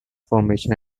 formations